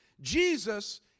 Jesus